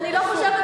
אני לא חושבת,